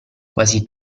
quasi